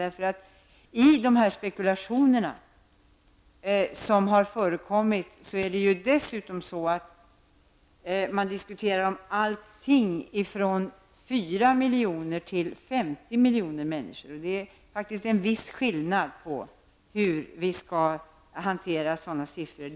I fråga om de spekulationer som har förekommit diskuterar man allting -- alltifrån 4 miljoner till 50 miljoner människor. Det finns faktiskt en viss skillnad när det gäller hanteringen av sådana siffror.